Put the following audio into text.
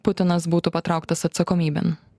putinas būtų patrauktas atsakomybėn